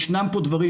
ישנם פה דברים,